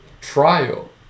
trial